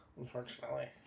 unfortunately